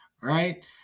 right